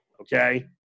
Okay